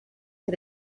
que